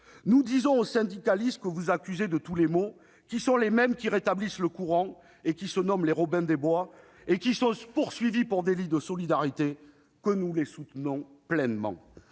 Nous disons aux syndicalistes que vous accusez de tous les maux, qui sont les mêmes que ceux qui rétablissent le courant en se nommant les Robins des Bois et qui sont poursuivis pour délit de solidarité, que nous les soutenons pleinement.